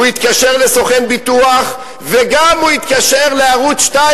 הוא התקשר לסוכן ביטוח וגם הוא התקשר לערוץ-2